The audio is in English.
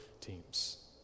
teams